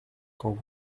quand